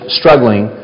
struggling